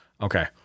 okay